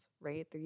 right